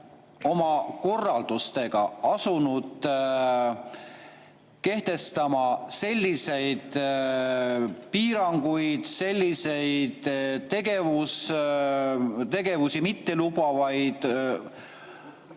oma korraldustega asunud kehtestama selliseid piiranguid, selliseid tegevusi mitte lubavaid